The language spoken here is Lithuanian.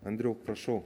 andriau prašau